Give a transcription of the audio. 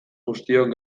guztiok